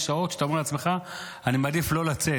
יש שעות שאתה אומר לעצמך: אני מעדיף לא לצאת,